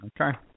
Okay